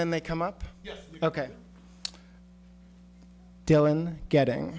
then they come up ok dylan getting